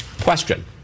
Question